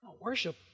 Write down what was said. Worship